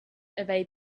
evade